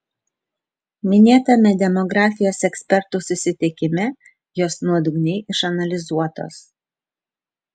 minėtame demografijos ekspertų susitikime jos nuodugniai išanalizuotos